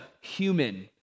human